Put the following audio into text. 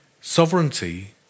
sovereignty